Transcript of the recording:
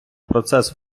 процес